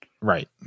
right